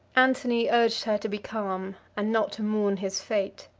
antony urged her to be calm, and not to mourn his fate.